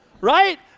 Right